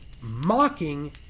mocking